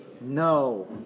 No